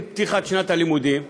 עם פתיחת שנת הלימודים,